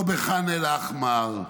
לא בח'אן אל-אחמר,